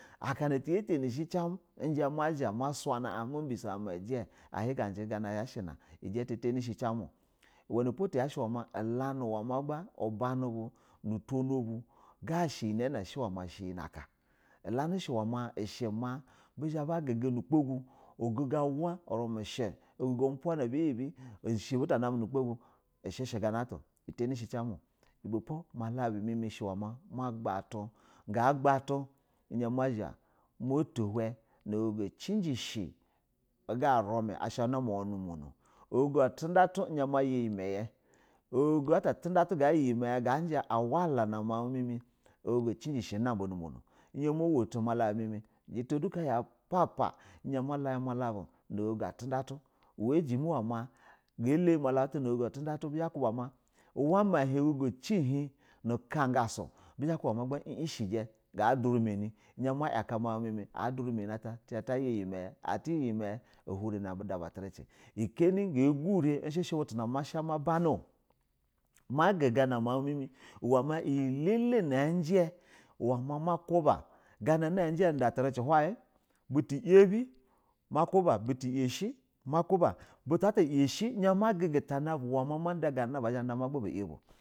Akana tiyatanɛ shɛ cɛ mazha masuyana a mubu so an ajana ya shɛ na ɛjɛ ta tanɛ she cimu o wunipo tayashɛ wana ubanu bu nutono bu, kashɛ iyɛ na shɛ ya ka i lenɛ shɛ wama elogogo nu gbagu nama wa urumi shɛ buta na mɛ nu gbogu ushɛshɛ ga na ata o utani shɛ cimu o ibɛpo ma labu mi mishɛ ma ma gba tu ga gba tu ɛzhɛ ma zha mato hin na ogogo a ciji shɛ uga nimi agha una mawa nu umono, ogogo atundatu uzha maya iyɛ mayɛ agogo ata a tundatu ga yɛyɛ mayɛ ga jin a wala na muw mɛmɛ ogogo cinjishɛ unaba nu umono, jita du ka ya papa ɛzha ma laya ma labu na ogogo atunda tu uwa jimi wana galayi malabu ata ogogo tunda tunu kakasu, bizha ba kuba ga ishɛja ga durɛ manɛ izha ma yaka mawu meɛ ami adure mani lata izha taya iyɛ mayi ati yimayi a huri nu da ba tirici kanɛ ga gurɛ ishishɛ butu na mashana ma bana maguga nu mawu mɛ mɛ uwɛ ma lele in je nuda tu irici hiqua, butu yabi makuba butu yashɛ ma kuba, buta ata ashɛ zha ma guga tana bu ganana magba bayabo.